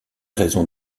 raisons